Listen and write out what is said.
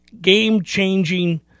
game-changing